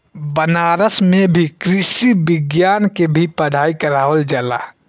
बनारस में भी कृषि विज्ञान के भी पढ़ाई करावल जाला